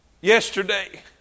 yesterday